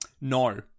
No